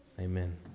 amen